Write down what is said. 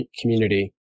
community